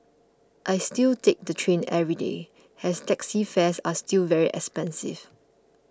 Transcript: I still take the train every day as taxi fares are still very expensive